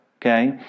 Okay